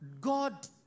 God